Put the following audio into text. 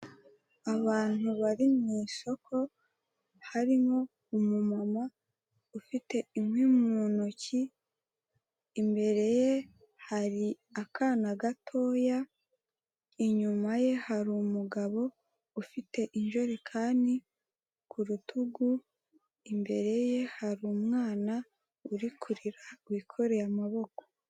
Abantu bari mu isoko, harimo umumama ufite inkwi mu ntoki, imbere ye hari akana gatoya, inyuma ye hari umu umugabo ufite injerekani ku rutugu, imbere ye hari umwana uri kurira wikoreye amaboko.